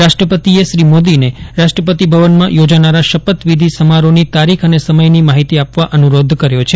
રાષ્ટ્રપતિએ શ્રી મોદીને રાષ્ટ્રપતિ ભવનમાં યોજાનારા શપથવિધિ સમારોહની તારીખ અને સમયની માહિતી આપવા અનુરોધ કર્યો છે